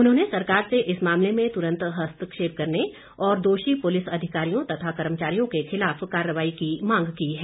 उन्होंने सरकार से इस मामले में तुरंत हस्तक्षेप करने और दोषी पुलिस अधिकारियों तथा कर्मचारियों के खिलाफ कार्रवाई की मांग की है